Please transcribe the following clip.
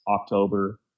October